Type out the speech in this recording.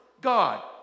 God